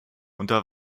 unter